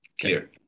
clear